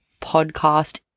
podcast